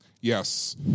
Yes